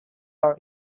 are